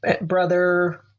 brother